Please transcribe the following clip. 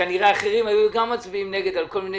וכנראה האחרים גם היו מצביעים נגד על כל מיני